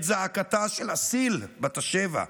את זעקתה של אסיל בת השבע,